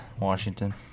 Washington